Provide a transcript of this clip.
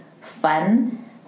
fun